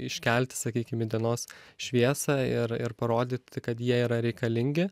iškelti sakykim į dienos šviesą ir ir parodyti kad jie yra reikalingi